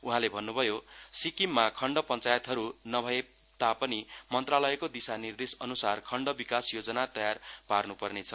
उहाँले भन्नुभयो सिक्किममा खण्ड पञ्चायतहरू नभए तापनि मन्त्रालयको निर्देशअनुसार खण्ड विकास योजना तयार पार्नुपर्नेछ